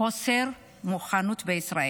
חוסר מוכנות בישראל.